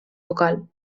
vocal